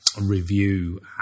review